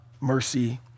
mercy